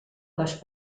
les